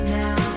now